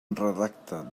redacta